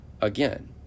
again